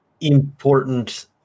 important